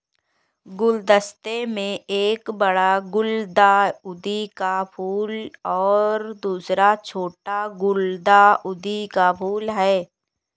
गुलदस्ते में एक बड़ा गुलदाउदी का फूल और दूसरा छोटा गुलदाउदी का फूल है